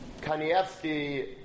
Kanievsky